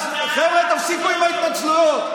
אז חבר'ה, תפסיקו עם ההתנצלויות.